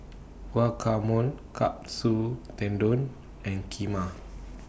Guacamole Katsu Tendon and Kheema